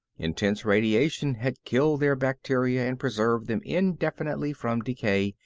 intense radiation has killed their bacteria and preserved them indefinitely from decay,